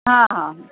हा हा